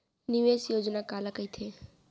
निवेश योजना काला कहिथे?